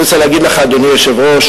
אני רוצה להגיד לך, אדוני היושב-ראש,